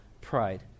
pride